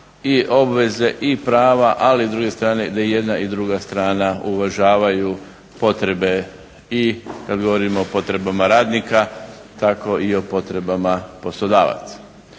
i obveze i prava, ali s druge strane da jedna i druga strana uvažavaju potrebe i kad govorimo o potrebama radnika tako i o potrebama poslodavaca.